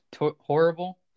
horrible